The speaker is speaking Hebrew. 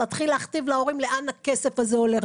להתחיל להכתיב להורים לאן הכסף הזה הולך.